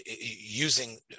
using